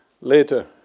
Later